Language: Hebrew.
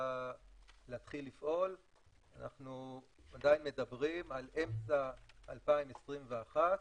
להתחיל לפעול אנחנו עדיין מדברים על אמצע 2021,